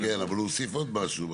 כן, אבל הוא הוסיף עוד משהו.